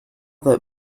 that